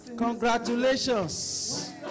Congratulations